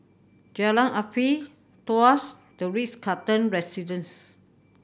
Jalan Afifi Tuas The Ritz Carlton Residences